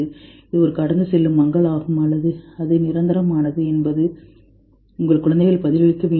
இது ஒரு கடந்து செல்லும் மங்கலாகும் அல்லது அது நிரந்தரமானது என்பது உங்கள் குழந்தைகள் பதிலளிக்க வேண்டிய ஒன்று